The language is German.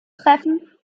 treffen